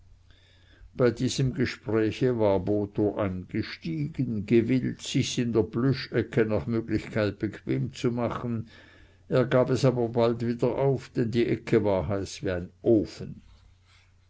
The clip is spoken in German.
bei diesem gespräche war botho eingestiegen gewillt sich's in der plüschecke nach möglichkeit bequem zu machen er gab es aber bald wieder auf denn die ecke war heiß wie ein ofen